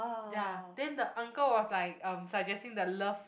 ya then the uncle was like um suggesting the love